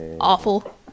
awful